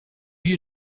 you